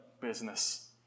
business